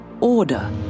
order